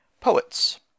Poets